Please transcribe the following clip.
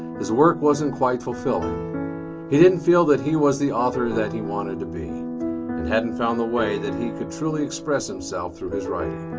his work wasn't quite fulfilling he didn't feel that he was the author that he wanted to be and hadn't found the way that he could truly express himself through his writing.